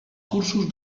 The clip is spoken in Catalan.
cursos